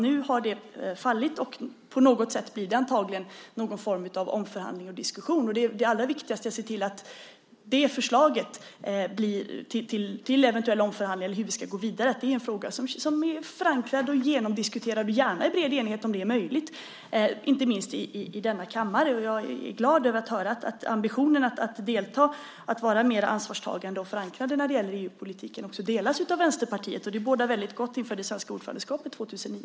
Nu har det fallit, och det blir antagligen någon form av omförhandling och diskussion. Det allra viktigaste är att se till att det förslaget till eventuell omförhandling, eller hur vi ska gå vidare, är en fråga som är förankrad och genomdiskuterad, gärna i bred enighet om det är möjligt, inte minst i denna kammare. Jag är glad att höra att ambitionen att delta och vara mer ansvarstagande och förankrade när det gäller EU-politiken också delas av Vänsterpartiet. Det bådar väldigt gott inför det svenska ordförandeskapet 2009.